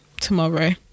tomorrow